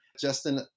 Justin